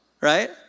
right